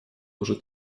уже